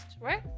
Right